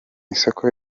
isoko